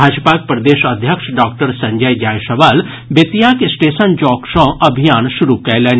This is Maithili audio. भाजपाक प्रदेश अध्यक्ष डॉक्टर संजय जायसवाल बेतियाक स्टेशन चौक सॅ अभियान शुरू कयलनि